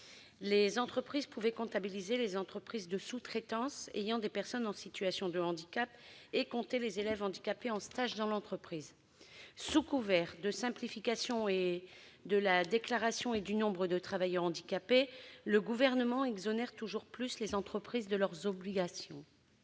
les entreprises pouvaient comptabiliser les sociétés de sous-traitance employant des personnes en situation de handicap et compter les élèves handicapés en stage en leur sein. Sous couvert de simplification de la déclaration et du nombre de travailleurs handicapés, le Gouvernement exonère toujours plus les entreprises de leurs obligations.